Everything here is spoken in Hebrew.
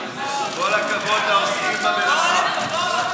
סעיפים 1 23 נתקבלו.